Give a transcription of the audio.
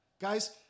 Guys